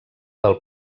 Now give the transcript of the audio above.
del